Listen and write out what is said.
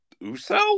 Uso